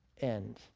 end